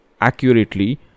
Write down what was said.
accurately